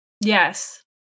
Yes